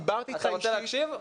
אני דיברתי איתך אישית.